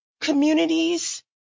communities